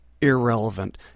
irrelevant